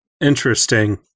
Interesting